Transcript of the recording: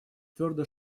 твердо